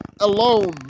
alone